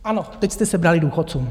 Ano, teď jste sebrali důchodcům!